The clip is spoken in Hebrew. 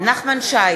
נחמן שי,